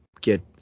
get